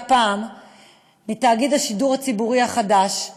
הפעם מתאגיד השידור הציבורי החדש,